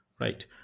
right